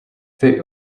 they